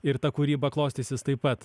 ir ta kūryba klostysis taip pat